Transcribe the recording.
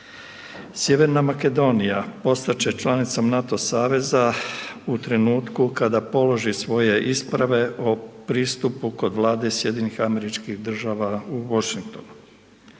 Sjeverna Makedonija postati će članicom NATO saveza u trenutku kada položi svoje ispravu o pristupu kod vlade SAD-a u Washingtonu.